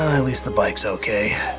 ah at least the bike's okay.